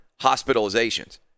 hospitalizations